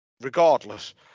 regardless